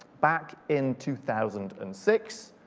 back in two thousand and six,